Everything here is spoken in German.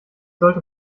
sollte